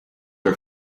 are